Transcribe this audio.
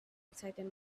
exciting